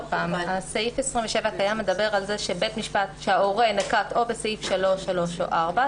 סעיף 27 הקיים מדבר על כך שההורה נקט או בסעיף 3(3) או (4),